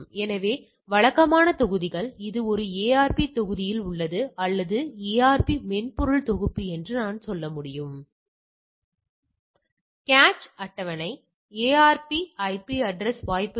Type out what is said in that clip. எனவே இது புள்ளிவிவரங்களிலிருந்து உங்களுக்கு வழங்குகிறது இது இங்கே புள்ளிவிவரங்களை அளிக்கிறது எனவே இது உங்களுக்கு 0